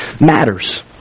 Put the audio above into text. matters